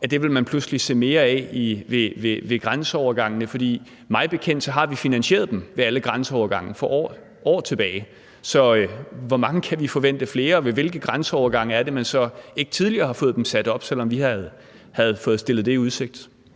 at det vil man pludselig se mere af ved grænseovergangene, for mig bekendt har vi finansieret dem ved alle grænseovergange for år tilbage. Så hvor mange flere kan vi forvente? Ved hvilke grænseovergange er det så, at man ikke tidligere fået sat dem op, selv om vi havde fået stillet det i udsigt?